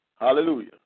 Hallelujah